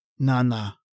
Nana